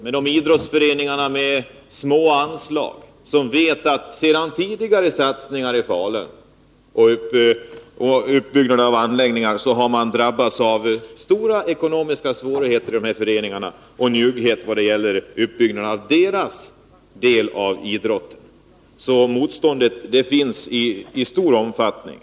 I små idrottsföreningar som får små anslag vet man att det vid tidigare satsningar i Falun och uppbyggande av idrottsanläggningar har uppstått stora ekonomiska svårigheter och förekommit njugghet mot uppbyggnaden av deras idrottsverksamhet, så där finns det motstånd i stor omfattning.